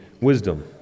wisdom